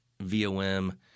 VOM